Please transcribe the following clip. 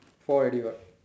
four already what